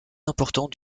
important